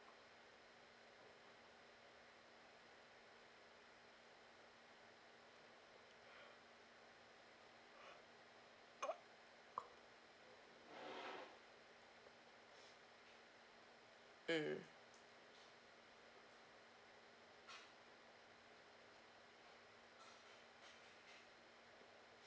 mm